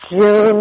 June